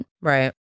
right